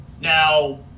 Now